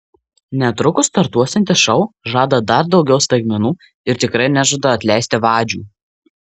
netrukus startuosiantis šou žada dar daugiau staigmenų ir tikrai nežada atleisti vadžių